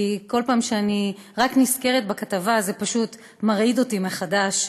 כי כל פעם שאני רק נזכרת בכתבה זה פשוט מרעיד אותי מחדש.